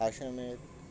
আসলে